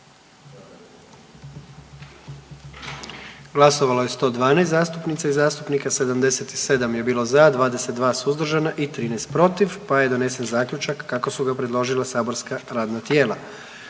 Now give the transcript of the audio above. Glasovalo je 124 zastupnika i zastupnica, 117 za, 7 suzdržanih te je na taj način donesen zaključak kako su ga predložila saborska radna tijela.